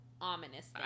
ominous